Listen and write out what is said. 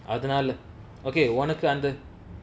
அதுனால:athunaala okay ஒனக்கு அந்த:onaku antha